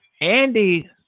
Andy